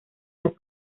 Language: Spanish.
las